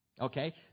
Okay